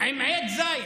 עם עץ זית.